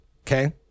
okay